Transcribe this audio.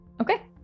Okay